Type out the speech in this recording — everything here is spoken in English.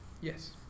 Yes